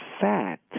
fat